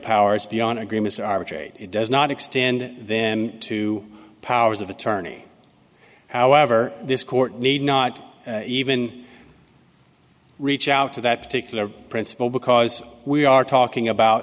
powers beyond agreements arbitrary it does not extend then to powers of attorney however this court need not even reach out to that particular principle because we are talking about